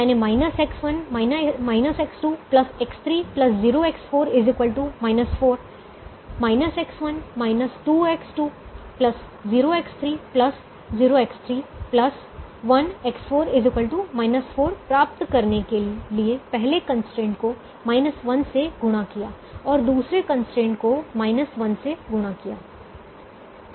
मैंने X1 X2 X3 0X4 4 5X1 2X2 0X3 0X3 1X4 10 प्राप्त करने के लिए पहले कंस्ट्रेंट को माइनस 1 से गुणा किया है दूसरे कंस्ट्रेंट को 1 से गुणा किया है